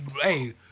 hey